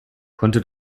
konnte